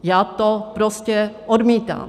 Já to prostě odmítám.